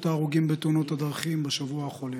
ההרוגים בתאונות הדרכים בשבוע החולף: